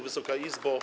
Wysoka Izbo!